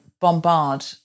bombard